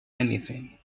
anything